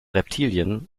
reptilien